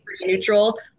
neutral